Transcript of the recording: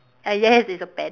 ah yes it's a pen